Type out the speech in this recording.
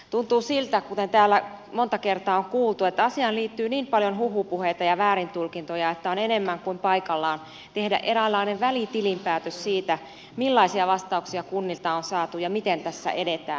tuntuu siltä kuten täällä monta kertaa on kuultu että asiaan liittyy niin paljon huhupuheita ja väärintulkintoja että on enemmän kuin paikallaan tehdä eräänlainen välitilinpäätös siitä millaisia vastauksia kunnilta on saatu ja miten tässä edetään